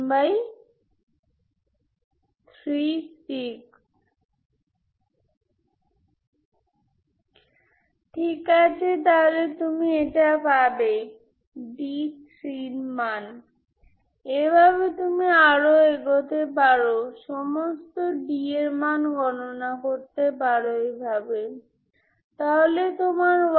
সুতরাং উদাহরণস্বরূপ আমি এই কেস এ লেজেন্ড্রে ফোরিয়ার সিরিজ করতে পারি আমি এই Pnলিখতে পারি যেখানে Cn গুলি এখানে একই